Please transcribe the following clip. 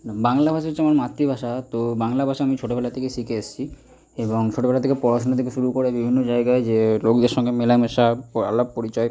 বাংলা ভাষা হচ্ছে আমার মাতৃভাষা তো বাংলা ভাষা আমি ছোটবেলা থেকেই শিখে এসেছি এবং ছোটবেলা থেকে পড়াশোনা থেকে শুরু করে বিভিন্ন জায়গায় যে লোকদের সঙ্গে মেলামেশা আলাপ পরিচয়